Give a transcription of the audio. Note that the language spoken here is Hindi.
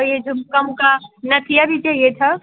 और ये जो कान का नथिया भी चाहिए था